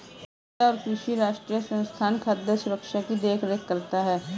खाद्य और कृषि राष्ट्रीय संस्थान खाद्य सुरक्षा की देख रेख करता है